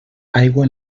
aigua